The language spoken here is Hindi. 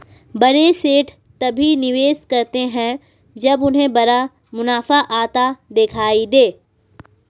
बड़े सेठ तभी निवेश करते हैं जब उन्हें बड़ा मुनाफा आता दिखाई दे